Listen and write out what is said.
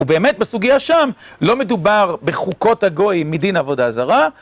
ובאמת, בסוגיה שם, לא מדובר בחוקות הגוי מדין עבודה זרה.